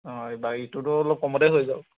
অঁ এই অলপ কমতে হৈ যাব